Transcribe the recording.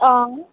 आं